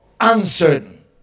uncertain